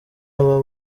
aba